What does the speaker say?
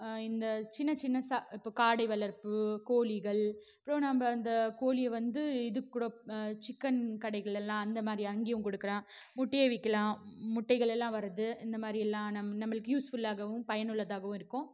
இந்த சின்னச் சின்ன ச இப்போ காடை வளர்ப்பு கோழிகள் அப்புறம் நாம் அந்த கோழியை வந்து இதுக்கூட சிக்கன் கடைகள் எல்லாம் அந்த மாதிரி அங்கேயும் கொடுக்கலாம் முட்டைய விற்கலாம் முட்டைகள் எல்லாம் வரது இந்த மாதிரி எல்லாம் நம் நம்மளுக்கு யூஸ் ஃபுல்லாகவும் பயனுள்ளதாகவும் இருக்கும்